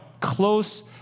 close